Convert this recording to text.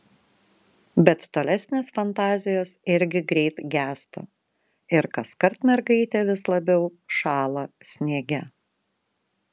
bet tolesnės fantazijos irgi greit gęsta ir kaskart mergaitė vis labiau šąla sniege